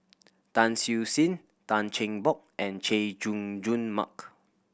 Tan Siew Sin Tan Cheng Bock and Chay Jung Jun Mark